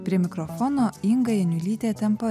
prie mikrofono inga janiulytė tempą